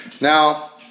Now